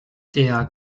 der